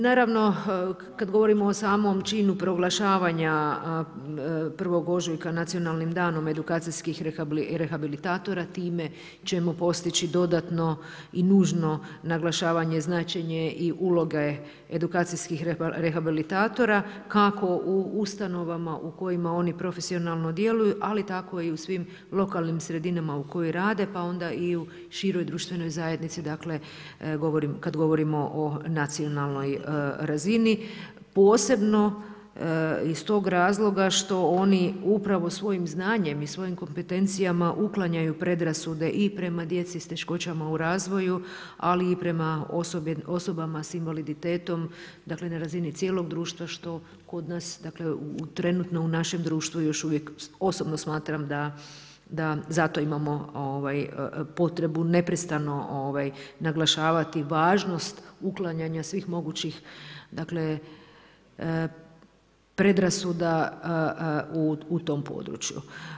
Naravno kada govorimo o samom činu proglašavanja 1. ožujka Nacionalnim danom edukacijskih rehabilitatora time ćemo postići dodatno i nužno naglašavanja, značenje i uloge edukacijskih rehabilitatora kako u ustanovama u kojima oni profesionalno djeluju, ali tako i u svim lokalnim sredinama u kojoj rade pa onda i u široj društvenoj zajednici kada govorimo o nacionalnoj razini, posebno iz tog razloga što oni upravo svojim znanjem i svojim kompetencijama uklanjaju predrasude i prema djeci s teškoćama u razvoju, ali i prema osobama s invaliditetom na razini cijelog društva što kod nas trenutno u našem društvu još uvijek osobno smatram da za to imamo potrebu neprestano naglašavati važnost uklanjanja svih mogućih predrasuda u tom području.